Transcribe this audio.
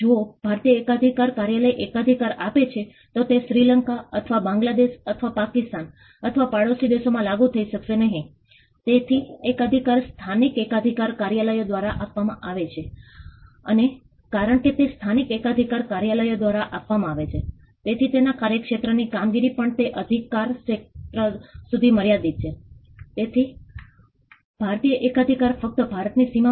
આ મહારાષ્ટ્ર છે અને આ મુંબઈ છે તમે મુંબઇ જોઈ શકો છો અને પછી અહીં અમારો અભ્યાસ વિસ્તાર ધારાવી છે આ મીઠી નદી વિહાર પવાઈ માટે આવે છે અને આ ધારાવી વિસ્તાર છે અને આ અમારો અભ્યાસ ક્ષેત્ર છે બે અભ્યાસ વિસ્તારો મૂળરૂપી કલાકીલા અને રાજીવ ગાંધી નગર ધારાવીમાં